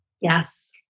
Yes